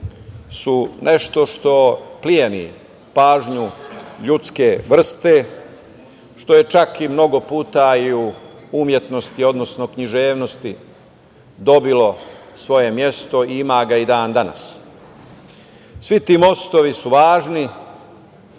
su nešto što pleni pažnju ljudske vrste, što je čak i mnogo puta i u umetnosti, odnosno književnosti dobilo svoje mesto i ima ga i dan danas. Svi ti mostovi su važni,